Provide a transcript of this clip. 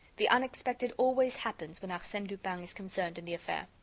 the unexpected always happens when arsene lupin is concerned in the affair.